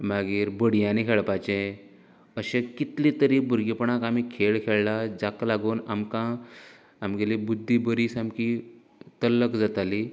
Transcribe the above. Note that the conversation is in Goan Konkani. मागीर बडयांनी खेळपाचें अशें कितलें तरी भुरगेंपणांत आमी खेळ खेळ्ळां जाका लागून आमकां आमगेली बुद्दी बरी सामकीं तल्लक जाताली